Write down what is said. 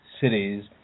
cities